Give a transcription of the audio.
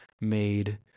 made